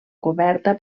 coberta